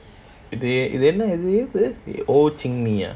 இது என்ன இது:ithu enna ithu ho chih minh ah